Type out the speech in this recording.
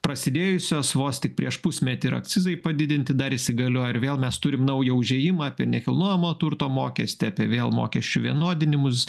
prasidėjusios vos tik prieš pusmetį ir akcizai padidinti dar įsigaliojo ir vėl mes turim naujų užėjimą apie nekilnojamo turto mokestį apie vėl mokesčių vienodinimus